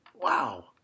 Wow